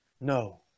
No